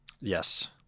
Yes